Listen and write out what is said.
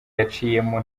yaciyemo